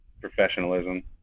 professionalism